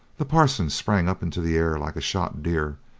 the parson sprang up into the air like a shot deer,